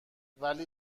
ولی